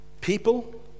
people